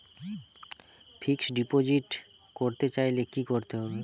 Fixed deposit করতে চাইলে কি করতে হবে?